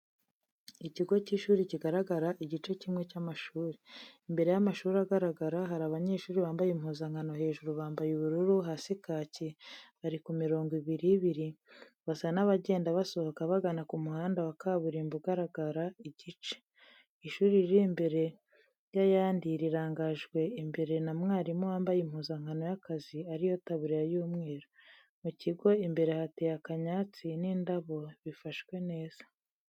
Ikigo cy'ishuri kigaragara igice kimwe cy'amashuri. Imbere y'amashuri agaragara, hari abanyeshuri bambaye impuzankano, hejuru bambaye ubururu hasi kaki, bari ku mirongo ibiri ibiri, basa n'abagenda basohoka bagana ku muhanda wa kaburimbo ugaragara igice. Ishuri riri imbere y'ayandi rirangajwe imbere na mwarimu, wambaye impuzankano y'akazi, ariyo taburiya y'umweru. Mu kigo imbere hateye akanyatsi n'indabo bifashwe neza.